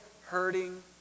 hurting